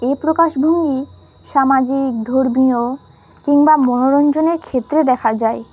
এই প্রকাশভঙ্গি সামাজিক ধর্মীয় কিংবা মনোরঞ্জনের ক্ষেত্রে দেখা যায়